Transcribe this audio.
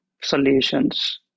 solutions